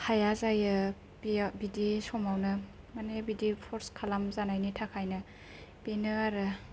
हाया जायो बेयाव बिदि समावनो माने बिदि फर्स खालामजानायनि थाखायनो बेनो आरो